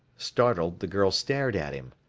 startled, the girl stared at him.